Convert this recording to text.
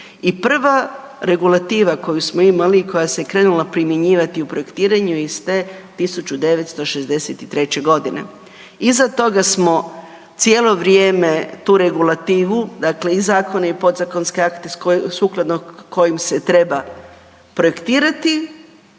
i prva regulativa koju smo imali i koja se krenula primjenjivati u projektiranju je iz 1963. g. Iza toga smo cijelo vrijeme tu regulativu, dakle i zakone i podzakonske akte sukladno kojim se treba projektirati,